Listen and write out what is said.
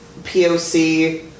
POC